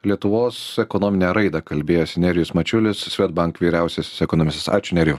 lietuvos ekonominę raidą kalbėjęs nerijus mačiulis swedbank vyriausiasis ekonomistas ačiū nerijau